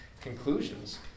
conclusions